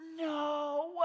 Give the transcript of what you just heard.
no